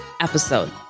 episode